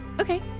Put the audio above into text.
Okay